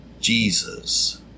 Jesus